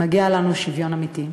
מגיע לנו שוויון אמיתי.